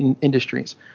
industries